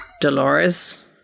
Dolores